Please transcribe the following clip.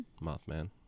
Mothman